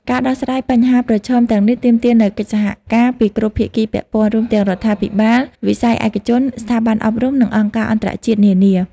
ការដោះស្រាយបញ្ហាប្រឈមទាំងនេះទាមទារនូវកិច្ចសហការពីគ្រប់ភាគីពាក់ព័ន្ធ រួមមានរដ្ឋាភិបាល វិស័យឯកជន ស្ថាប័នអប់រំ និងអង្គការអន្តរជាតិនានា។